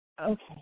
Okay